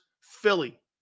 Philly